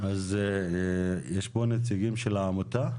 אז יש פה נציגים של העמותה?